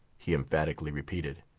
he emphatically repeated.